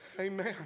amen